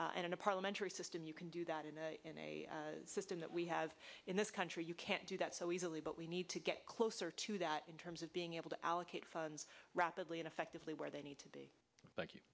and in a parliamentary system you can do that and in a system that we have in this country you can't do that so easily but we need to get closer to that in terms of being able to allocate funds rapidly and effectively where they need to be